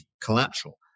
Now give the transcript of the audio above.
collateral